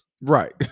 Right